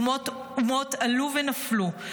אומות עלו ונפלו,